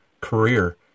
career